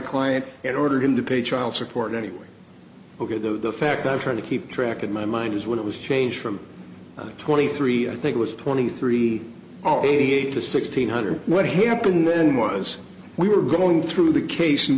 client and ordered him to pay child support anyway ok though the fact i'm trying to keep track in my mind is when it was changed from twenty three i think it was twenty three zero eight to sixteen hundred what happened then was we were going through the case and